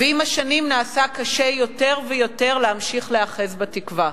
ועם השנים נעשה קשה יותר ויותר להמשיך להיאחז בתקווה.